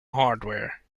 hardware